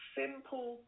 simple